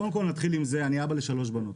אני אבא לשלוש בנות